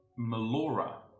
Melora